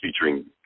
featuring